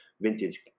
vintage